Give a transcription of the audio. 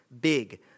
big